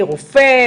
רופא,